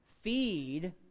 feed